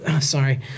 sorry